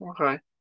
Okay